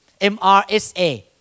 MRSA